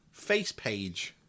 FacePage